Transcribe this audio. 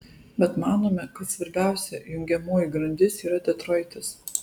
bet manome kad svarbiausia jungiamoji grandis yra detroitas